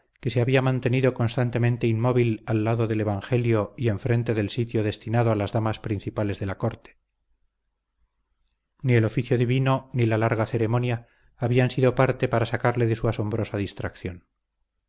que se había mantenido constantemente inmóvil al lado del evangelio y enfrente del sitio destinado a las damas principales de la corte ni el oficio divino ni la larga ceremonia habían sido parte para sacarle de su asombrosa distracción